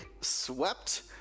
swept